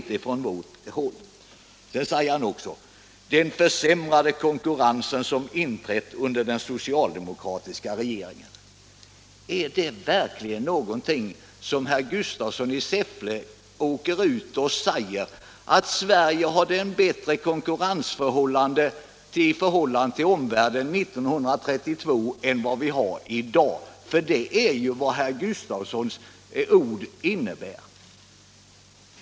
Vidare talar herr Gustafsson i Säffle om den försämrade konkurrenssituation som inträtt under den socialdemokratiska regeringens tid. Brukar verkligen herr Gustafsson i Säffle göra gällande att Sverige hade ett bättre konkurrensförhållande till omvärlden 1932 än vad vi har i dag —- för det är ju vad herr Gustafssons ord innebär?